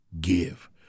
give